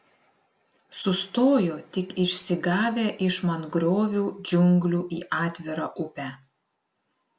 sustojo tik išsigavę iš mangrovių džiunglių į atvirą upę